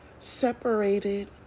separated